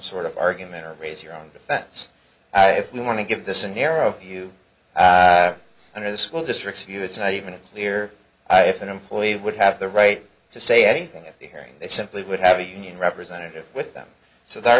sort of argument or raise your own defense if you want to give this a narrow view under the school district's view it's not even clear if an employee would have the right to say anything at the hearing they simply would have a union representative with them so the